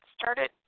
started